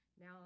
Now